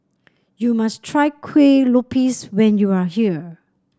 you must try Kuih Lopes when you are here